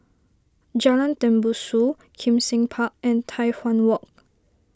Jalan Tembusu Kim Seng Park and Tai Hwan Walk